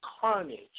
carnage